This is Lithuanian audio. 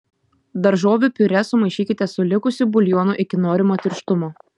daržovių piurė sumaišykite su likusiu buljonu iki norimo tirštumo